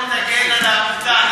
אין לי בעיה שלא, את העמותה.